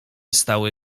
stały